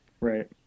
Right